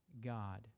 God